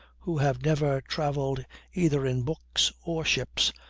who have never traveled either in books or ships,